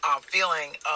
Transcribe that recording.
feeling